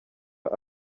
aba